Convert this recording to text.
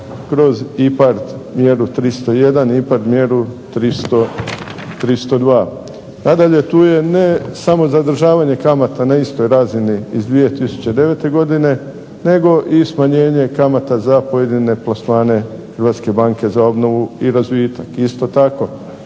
kroz IPARD mjeru 301, IPARD mjeru 302. Nadalje tu je ne samo zadržavanje kamata na istoj razini iz 2009. godine nego i smanjenje kamata za pojedine .../Govornik se ne razumije./... Hrvatske banke za obnovu i razvitak. Isto tako